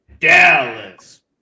Dallas